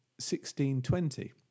1620